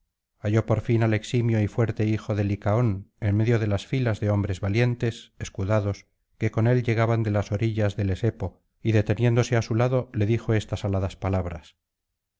halló por fin al eximio y fuerte hijo de licaón en medio de las filas de hombres valientes escudados que con él llegaran de las orillas del esepo y deteniéndose á su lado le dijo estas aladas palabras